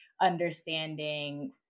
understanding